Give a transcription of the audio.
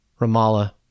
Ramallah